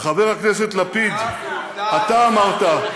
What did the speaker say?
חבר הכנסת לפיד, אתה אמרת: